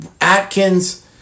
Atkins